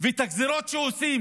את הגזרות שעושים